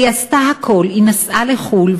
היא עשתה הכול: היא נסעה לחו"ל,